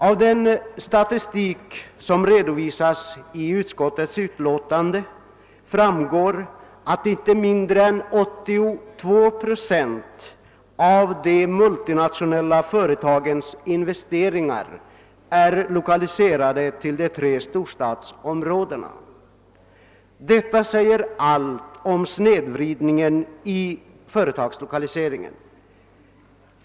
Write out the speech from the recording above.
Av den statistik som redovisas i utskottets utlåtande framgår att inte mindre än 82 procent av de multinationella företagens investeringar är lokaliserade till de tre storstadsområdena. Detta säger allt om snedvridningen i företagslokaliseringen.